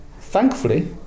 Thankfully